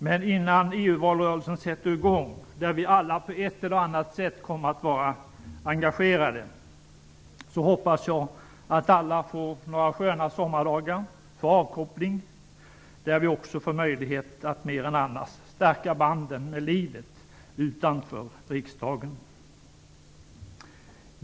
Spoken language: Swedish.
Men innan EU-valrörelsen sätter i gång, där vi ju alla på ett eller annat sätt kommer att vara engagerade, hoppas jag att alla får några sköna sommardagar för avkoppling. Jag hoppas också att vi får möjlighet att mer än annars stärka banden med livet utanför riksdagen.